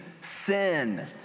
sin